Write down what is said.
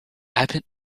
abbot